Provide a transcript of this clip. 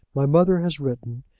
my mother has written,